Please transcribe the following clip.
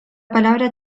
palabra